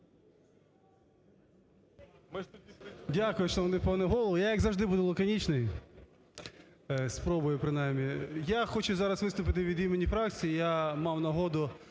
Дякую, шановний пане Голово. Я, як завжди, буду лаконічний, спробую принаймні. Я хочу зараз виступити від імені фракції. Я мав нагоду